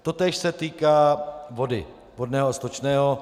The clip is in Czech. Totéž se týká vody, vodného a stočného.